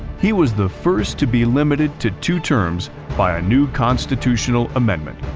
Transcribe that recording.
he was the first to be limited to two terms by a new constitutional amendment.